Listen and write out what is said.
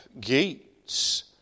gates